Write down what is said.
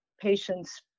patients